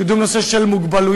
לקידום של אנשים עם מוגבלויות,